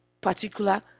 particular